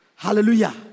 Hallelujah